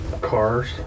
cars